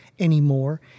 Anymore